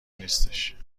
نیستش